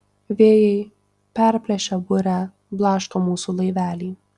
vėjai perplėšę burę blaško mūsų laivelį